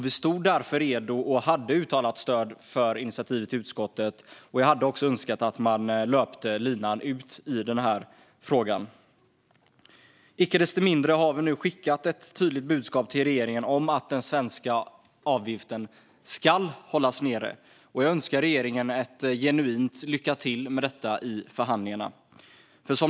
Vi stod därför redo och hade uttalat vårt stöd för initiativet i utskottet. Jag hade också önskat att man hade löpt linan ut i den frågan. Icke desto mindre har vi skickat ett tydligt budskap till regeringen om att den svenska avgiften ska hållas nere. Jag önskar regeringen ett genuint lycka till med det i förhandlingarna.